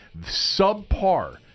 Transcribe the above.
subpar